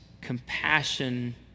compassion